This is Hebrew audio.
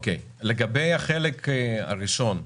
לגבי החלק הראשון,